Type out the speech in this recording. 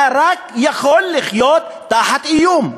אתה רק יכול לחיות תחת איום.